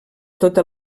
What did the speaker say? tota